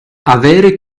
avere